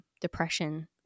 depression